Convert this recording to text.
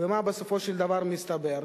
ומה בסופו של דבר מסתבר?